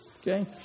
Okay